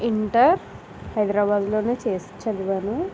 inter హైదరాబాద్లో చేస్ చదివాను